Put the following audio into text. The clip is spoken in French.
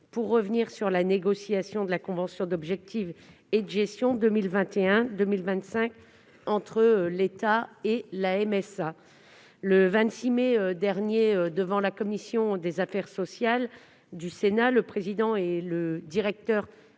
de revenir sur la négociation de la convention d'objectifs et de gestion 2021-2025 entre l'État et la MSA (COG 2021-2025). Le 26 mai dernier, devant la commission des affaires sociales du Sénat, le président et le directeur